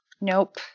Nope